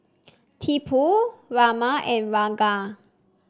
Tipu Raman and Ranga